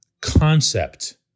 concept